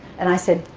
and i said,